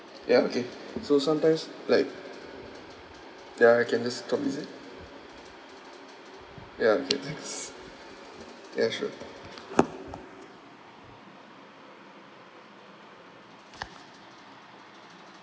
ya okay so sometimes like ya I can just stop is it ya okay thanks ya sure